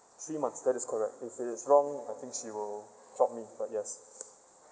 three months that is correct if it's wrong I think she will drop me but yes